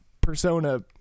persona